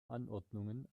anordnungen